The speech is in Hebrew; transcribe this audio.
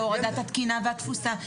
בהורדת התקינה והתפוסה.